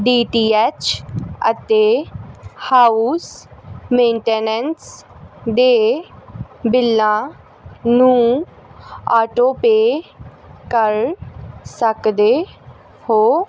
D T H ਅਤੇ house maintenance ਦੇ ਬਿੱਲਾਂ ਨੂੰ ਆਟੋਪੇਅ ਕਰ ਸਕਦੇ ਹੋ